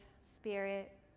spirit